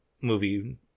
movie